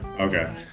okay